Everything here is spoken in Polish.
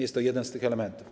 Jest to jeden z tych elementów.